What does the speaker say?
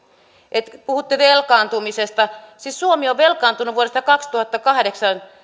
te puhutte velkaantumisesta siis suomi on velkaantunut vuodesta kaksituhattakahdeksan